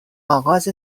اغاز